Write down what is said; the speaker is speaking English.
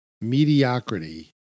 mediocrity